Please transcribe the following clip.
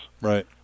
Right